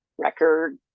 Record